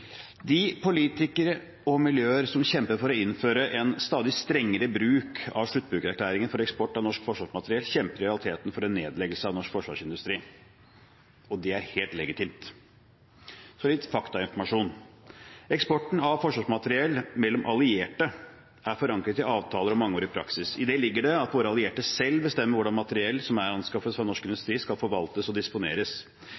De politikere og miljøer som kjemper for å innføre en stadig strengere bruk av sluttbrukererklæringen for eksport av norsk forsvarsmateriell, kjemper i realiteten for en nedleggelse av norsk forsvarsindustri, og det er helt legitimt. Så litt faktainformasjon: Eksporten av forsvarsmateriell mellom allierte er forankret i avtaler og mangeårig praksis. I det ligger det at våre allierte selv bestemmer hvordan materiell som er anskaffet fra norsk